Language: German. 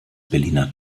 berliner